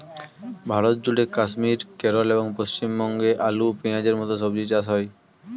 ভারতজুড়ে কাশ্মীর, কেরল এবং পশ্চিমবঙ্গে আলু, পেঁয়াজের মতো সবজি চাষ হয়